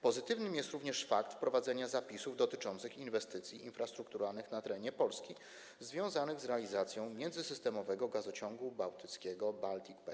Pozytywny jest również fakt wprowadzenia zapisów dotyczących inwestycji infrastrukturalnych na terenie Polski związanych z realizacją, powstaniem międzysystemowego Gazociągu Bałtyckiego, Baltic Pipe.